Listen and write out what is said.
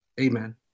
Amen